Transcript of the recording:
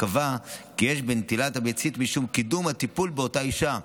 קבע כי יש בנטילת הביצית משום קידום הטיפול באותה אישה.